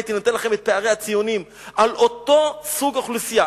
הייתי נותן לכם את פערי הציונים על אותו סוג אוכלוסייה.